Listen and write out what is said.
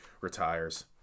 retires